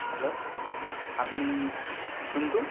hello আপনি সন্তু